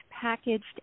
packaged